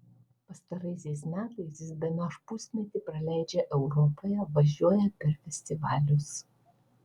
pastaraisiais metais jis bemaž pusmetį praleidžia europoje važiuoja per festivalius